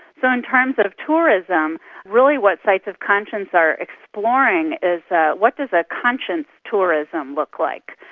so in terms but of tourism really what sites of conscience are exploring, is what does a conscience tourism look like?